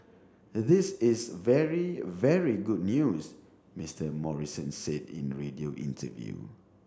this is very very good news Mister Morrison said in a radio interview